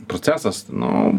procesas nu